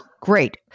Great